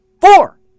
Four